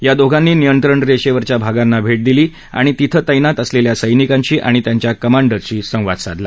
या दोघांनी नियंत्रणरेषेवरच्या भागांना भेट दिली आणि तिथे तैनात असलेल्या सैनिकांशी आणि त्यांच्या कमांडर्सशी संवाद साधला